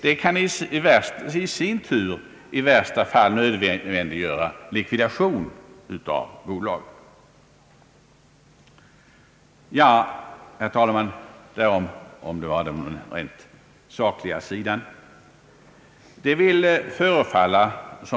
Det kan i sin tur i värsta fall nödvändiggöra likvidation av bolaget. Jag har därmed, herr talman, berört den rent sakliga sidan.